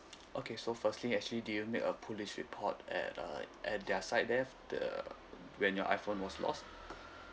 okay so firstly actually did you make a police report at uh at their side there the when your iPhone was lost